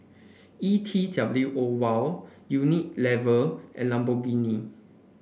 E T W O Wow Unilever and Lamborghini